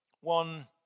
one